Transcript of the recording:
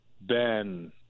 Ben